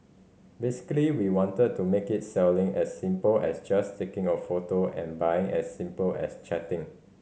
basically we wanted to make it selling as simple as just taking a photo and buying as simple as chatting